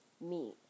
meat